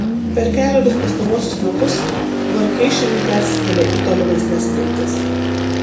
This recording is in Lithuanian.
per kelerius pastaruosius metus vorkeišenai persikėlė į tolimesnes kryptis